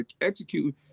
execute